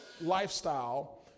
lifestyle